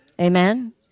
Amen